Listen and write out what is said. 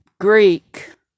Greek